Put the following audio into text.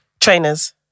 trainers